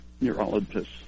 neurologists